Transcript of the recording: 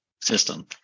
system